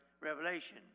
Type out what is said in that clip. Revelation